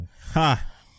Ha